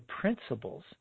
principles